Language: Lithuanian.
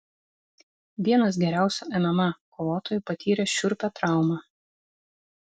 vienas geriausių mma kovotojų patyrė šiurpią traumą